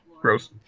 gross